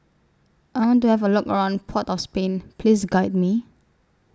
I want to Have A Look around Port of Spain Please Guide Me